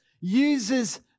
uses